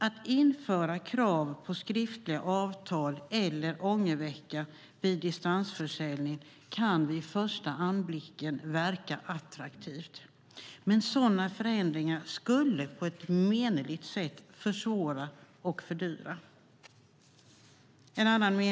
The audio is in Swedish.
Att införa krav på skriftliga avtal eller ångervecka vid distansförsäljning kan vid första anblicken verka attraktivt, men sådana förändringar skulle på ett menligt sätt försvåra och fördyra.